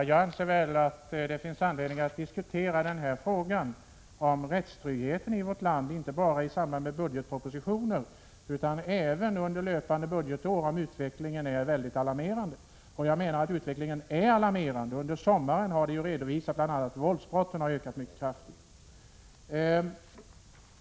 Herr talman! Jag anser att det finns anledning att diskutera frågan om rättstryggheten i vårt land inte bara i samband med budgetpropositionen utan även under löpande budgetår om utvecklingen är mycket alarmerande. Jag menar att utvecklingen är alarmerande. Under sommaren har det redovisats att bl.a. våldsbrotten har ökat mycket kraftigt.